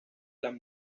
las